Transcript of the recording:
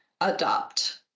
adopt